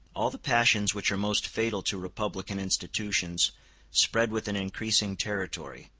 all the passions which are most fatal to republican institutions spread with an increasing territory,